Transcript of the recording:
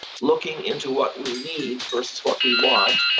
looking into what we need versus what we want,